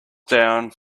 down